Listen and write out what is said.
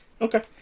Okay